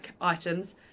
items